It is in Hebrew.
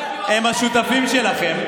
הם השותפים שלכם,